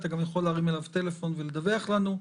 אתה יכול גם להרים אליו טלפון ולדווח לנו.